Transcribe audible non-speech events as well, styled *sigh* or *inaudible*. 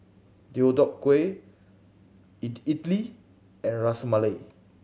Deodeok Gui *unintelligible* Idili and Ras Malai